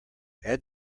add